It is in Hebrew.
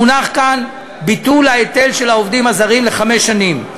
מונח כאן ביטול ההיטל של העובדים הזרים לחמש שנים.